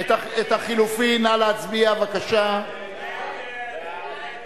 ההסתייגות לחלופין של קבוצת סיעת רע"ם-תע"ל לסעיף